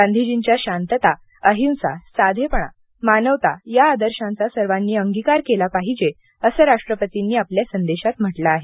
गांधीजींच्या शांतता अहिंसा साधेपणा मानवता या आदर्शांचा सर्वांनी अंगीकार केला पाहिजे असे राष्ट्रपतींनी आपल्या संदेशात म्हटले आहे